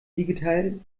digital